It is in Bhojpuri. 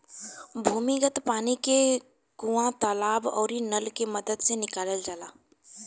भूमिगत पानी के कुआं, तालाब आउरी नल के मदद से निकालल जाला